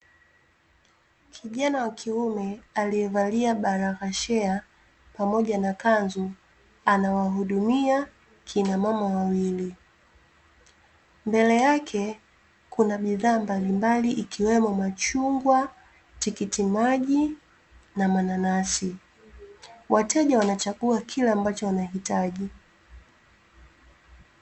Kijana wa kiume aliyevalia barakashea pamoja na kanzu anawahudumia kina mama wawili, mbele yake kuna bidhaa mbalimbali ikiwemo machungwa, tikiti maji na mananasi, wateja wanachagua kile ambacho wanahitaji .